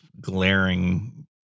glaring